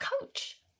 coach